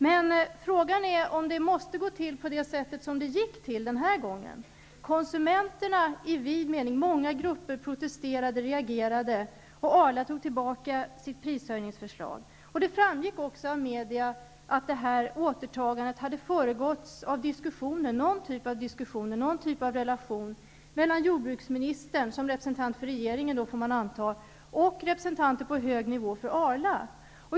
Men frågan är om det måste gå till på det sätt som det gjorde den här gången. Konsumenterna i vid mening, många grupper, protesterade och reagerade. Arla tog tillbaka sitt prishöjningsförslag. Det framgick också av media att det här återtagandet hade föregåtts av någon typ av diskussioner och någon typ av relation mellan jordbruksministern, som representant för regeringen får man anta, och representanter på hög nivå för Arla.